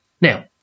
Now